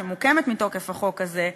שמוקמת מתוקף החוק הזה,